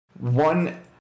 one